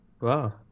wow